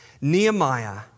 Nehemiah